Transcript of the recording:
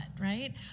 right